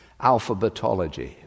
Alphabetology